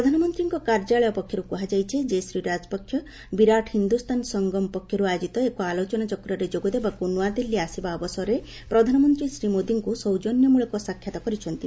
ପ୍ରଧାନମନ୍ତ୍ରୀଙ୍କ କାର୍ଯ୍ୟାଳୟ ପକ୍ଷରୁ କୁହାଯାଇଛି ଯେ ଶ୍ରୀ ରାଜପକ୍ଷ ବିରାଟ ହିନ୍ଦୁସ୍ଥାନ ସଂଗମ ପକ୍ଷରୁ ଆୟୋଜିତ ଏକ ଆଲୋଚନାଚକ୍ରରେ ଯୋଗଦେବାକୁ ନୂଆଦିଲ୍ଲୀ ଆସିବା ଅବସରରେ ପ୍ରଧାନମନ୍ତ୍ରୀ ଶ୍ରୀ ମୋଦିଙ୍କୁ ସୌଜନ୍ୟମୂଳକ ସାକ୍ଷାତ କରିଛନ୍ତି